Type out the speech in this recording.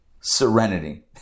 serenity